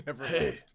Hey